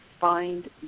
find